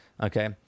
Okay